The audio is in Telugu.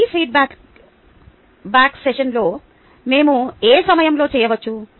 ఈ ఫీడ్బ్యాక్ సెషన్లో మేము ఏ సమయంలో చేయవచ్చు